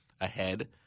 ahead